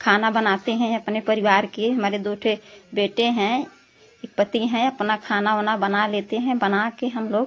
खाना बनाते हैं अपने परिवार के हमारे दुई ठो बेटे हैं पति हैं अपना खाना ओना बना लेते हैं बना कर हम लोग